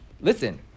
listen